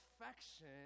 affection